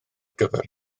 gyfer